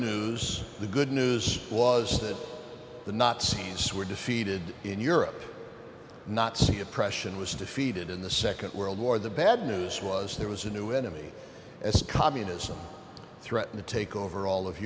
news the good news was that the nazis were defeated in europe nazi oppression was defeated in the nd world war the bad news was there was a new enemy as communism threatened to take over all of